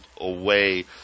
away